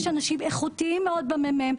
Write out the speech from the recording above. יש אנשים איכותיים מאוד במ.מ.מ.